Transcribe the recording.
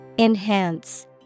Enhance